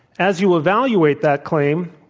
as you evaluate that claim,